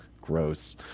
gross